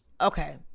Okay